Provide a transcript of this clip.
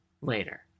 later